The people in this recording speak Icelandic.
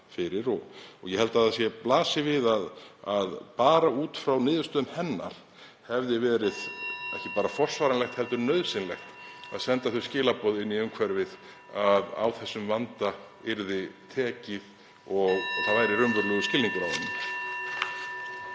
fyrir og ég held að það blasi við að bara út frá niðurstöðum hennar hefði verið (Forseti hringir.) ekki aðeins forsvaranlegt heldur nauðsynlegt að senda þau skilaboð inn í umhverfið að á þessum vanda yrði tekið og það væri raunverulegur skilningur á honum.